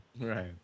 Right